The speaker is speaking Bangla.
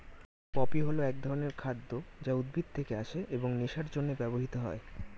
পপি হল এক ধরনের খাদ্য যা উদ্ভিদ থেকে আসে এবং নেশার জন্য ব্যবহৃত হয়